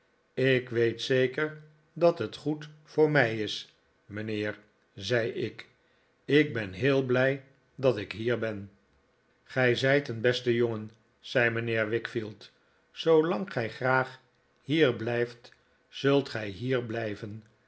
ik weet zeker dat het goed voor mij is mijnheer zei ik ik ben heel blij dat ik hier ben gij zijt een beste jongen zei mijnheer wickfield zoolang gij graag hier blijft zult gij hier blijven